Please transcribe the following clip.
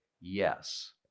yes